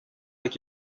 like